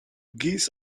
geese